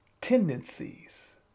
Tendencies